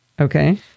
okay